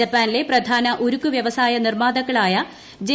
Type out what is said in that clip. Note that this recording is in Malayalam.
ജപ്പാനിലെ പ്രധാന ഉരുക്ക് വ്യവസായ നിർമ്മാതാക്കളായ ജെ